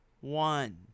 One